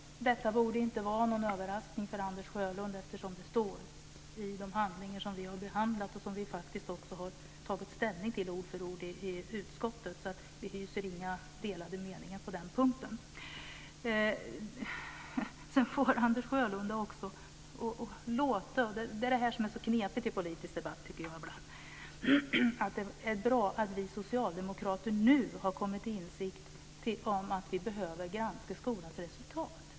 Herr talman! Detta borde inte vara någon överraskning för Anders Sjölund eftersom det står i de handlingar som vi har behandlat och som vi också tagit ställning till ord för ord i utskottet. Vi hyser inga delade meningar på den punkten. Det är knepigt i politisk debatt ibland. Anders Sjölund säger att det är bra att vi socialdemokrater nu har kommit insikt om att vi behöver granska skolans resultat.